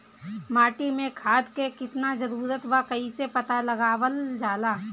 माटी मे खाद के कितना जरूरत बा कइसे पता लगावल जाला?